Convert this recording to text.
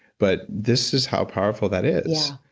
but this is how powerful that is